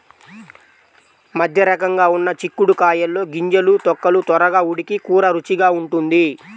మధ్యరకంగా ఉన్న చిక్కుడు కాయల్లో గింజలు, తొక్కలు త్వరగా ఉడికి కూర రుచిగా ఉంటుంది